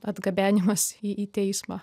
atgabenimas į į teismą